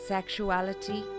Sexuality